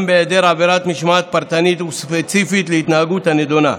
גם בהיעדר עבירת משמעת פרטנית וספציפית להתנהגות הנדונה.